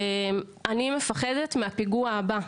אני מפחדת מהפיגוע הבא.